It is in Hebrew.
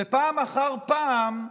ופעם אחר פעם,